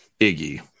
Iggy